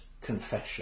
confession